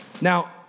Now